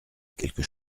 quelque